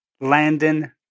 Landon